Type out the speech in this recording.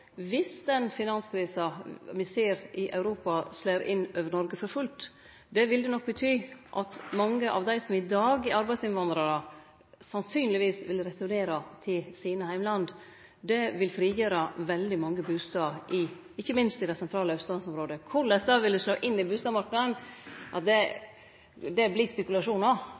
viss den finanskrisa me ser i Europa, slår inn over Noreg for fullt. Det ville nok bety at mange av dei som i dag er arbeidsinnvandrarar, sannsynlegvis ville returnere til sine heimland. Det ville frigjere veldig mange bustader ikkje minst i det sentrale austlandsområdet. Korleis det vil slå inn i bustadmarknaden, vert spekulasjonar. Men det er klart at